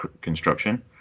construction